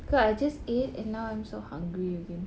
cause I just ate and now I'm so hungry again